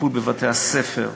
טיפול בבתי-הספר,